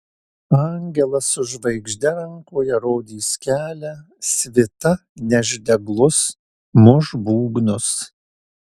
angelas su žvaigžde rankoje rodys kelią svita neš deglus muš būgnus